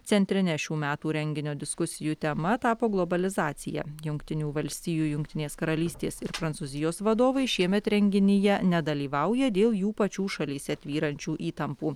centrine šių metų renginio diskusijų tema tapo globalizacija jungtinių valstijų jungtinės karalystės ir prancūzijos vadovai šiemet renginyje nedalyvauja dėl jų pačių šalyse tvyrančių įtampų